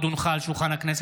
הצעת חוק הנכים